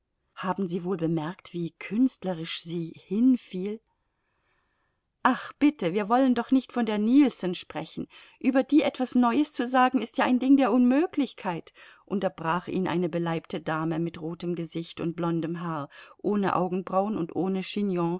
haben sie wohl bemerkt wie künstlerisch sie hinfiel ach bitte wir wollen doch nicht von der nilsson sprechen über die etwas neues zu sagen ist ja ein ding der unmöglichkeit unterbrach ihn eine beleibte dame mit rotem gesicht und blondem haar ohne augenbrauen und ohne